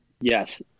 Yes